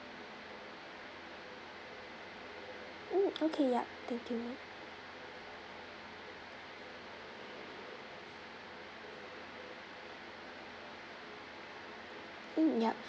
mm okay yup thank you ma'am mm yup